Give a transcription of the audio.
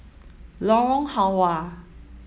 Lorong Halwa